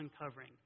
uncovering